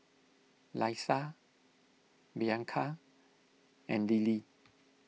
Leisa Bianca and Lilly